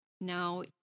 now